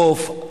עוף.